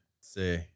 See